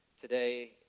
today